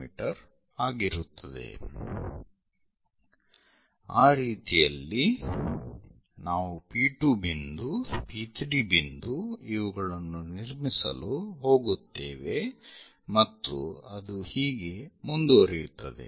me ಆಗಿರುತ್ತದೆ ಆ ರೀತಿಯಲ್ಲಿ ನಾವು P2 ಬಿಂದು P3 ಬಿಂದು ಇವುಗಳನ್ನು ನಿರ್ಮಿಸಲು ಹೋಗುತ್ತೇವೆ ಮತ್ತು ಅದು ಹೀಗೆ ಮುಂದುವರೆಯುತ್ತದೆ